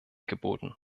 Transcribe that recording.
geboten